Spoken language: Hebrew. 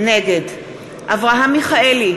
נגד אברהם מיכאלי,